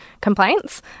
complaints